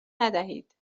ندهید